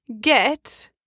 get